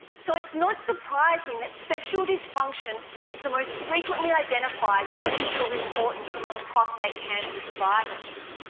so it's not surprising that sexual dysfunction is the most frequently identified issue of importance among prostate cancer survivors.